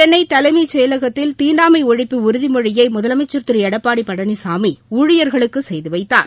சென்னை தலைமைச் செயலகத்தில் தீண்டாமை ஒழிப்பு உறுதிமொழியை முதலமைச்ச் திரு எடப்பாடி பழனிசாமி ஊழியர்களுக்கு செய்துவைத்தார்